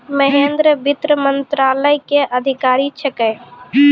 महेन्द्र वित्त मंत्रालय के अधिकारी छेकै